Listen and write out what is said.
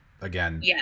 Again